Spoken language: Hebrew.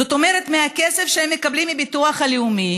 זאת אומרת, מהכסף שהם מקבלים מביטוח לאומי